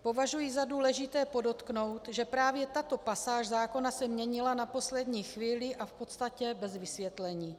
Považuji za důležité podotknout, že právě tato pasáž zákona se měnila na poslední chvíli a v podstatě bez vysvětlení.